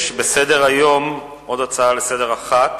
יש בסדר-היום עוד הצעה אחת לסדר-היום,